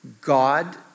God